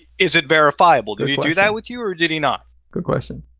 is it verifiable? did he do that with you or did he not? good question.